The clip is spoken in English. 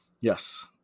Yes